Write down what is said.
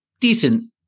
decent